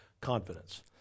confidence